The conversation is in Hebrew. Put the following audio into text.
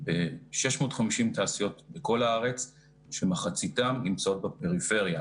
650 תעשיות בכל הארץ שמחציתן נמצאות בפריפריה.